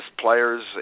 players